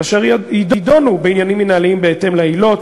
אשר ידונו בעניינים מינהליים בהתאם לעילות,